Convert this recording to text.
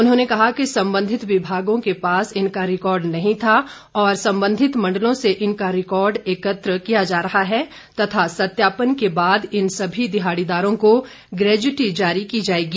उन्होंने कहा कि संबंधित विभागों के पास इनका रिकार्ड नहीं था और संबंधित मण्डलों से इनका रिकार्ड एकत्र किया जा रहा है व सत्यापन के बाद इन सभी दिहाड़ीदारों को गैच्युटी जारी की जाएगी